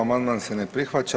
Amandman se ne prihvaća.